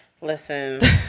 Listen